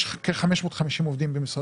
יש כ-550 עובדים במשרד מבקר המדינה.